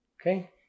okay